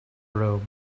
robe